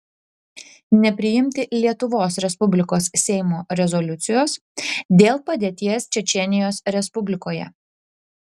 nepriimti lietuvos respublikos seimo rezoliucijos dėl padėties čečėnijos respublikoje